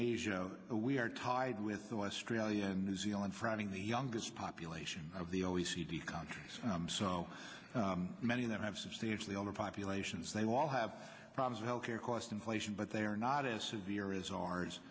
asia we are tied with australia and new zealand for having the youngest population of the o e c d countries so many of them have substantially older populations they all have problems health care cost inflation but they are not as severe as ours